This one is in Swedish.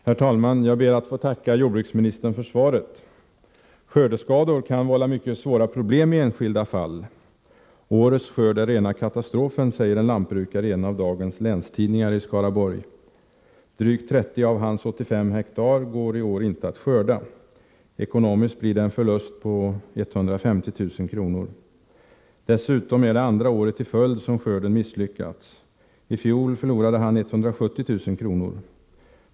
Herr talman! Jag ber att få tacka jordbruksministern för svaret. Skördeskador kan vålla mycket svåra problem i enskilda fall. ” Årets skörd är rena katastrofen”, säger en lantbrukare i en av dagens länstidningar i Skaraborg. Drygt 30 av hans 85 hektar går i år inte att skörda. Ekonomiskt blir det en förlust på 150 000 kr. Dessutom är det andra året i följd som skörden misslyckats. I fjol förlorade han 170 000 kr.